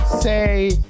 Say